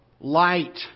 Light